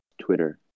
Twitter